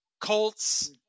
Colts